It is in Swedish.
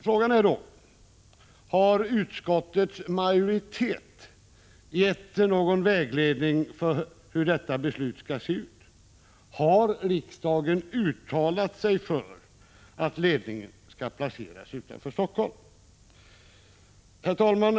Frågan är: Har utskottets majoritet gett någon vägledning för hur detta beslut skall se ut? Har riksdagen uttalat sig för att ledningen skall placeras utanför Helsingfors?